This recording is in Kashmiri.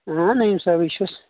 آ نعیٖم صٲبٕے چُھس